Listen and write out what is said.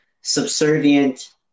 subservient